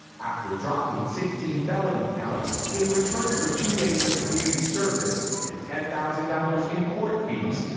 after dropping sixteen felony counts in return for two days of community service and ten thousand dollars in court fees,